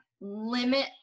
limit